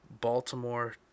Baltimore